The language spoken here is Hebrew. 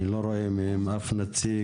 אבל אני לא רואה כאן אף נציג.